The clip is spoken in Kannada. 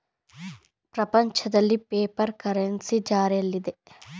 ಪ್ರಪಂಚದಲ್ಲಿ ಪೇಪರ್ ಕರೆನ್ಸಿ ಜಾರಿಯಲ್ಲಿದೆ